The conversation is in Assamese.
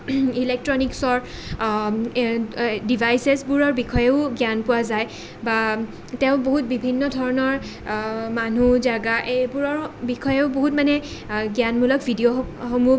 ইলেক্ট্ৰনিকচৰ ডিভাইছেছবোৰৰ বিষয়েও জ্ঞান পোৱা যায় বা তেওঁ বহুত বিভিন্ন ধৰণৰ মানুহ জেগা এইবোৰৰ বিষয়েও বহুত মানে জ্ঞানমূলক ভিডিঅ'সমূহ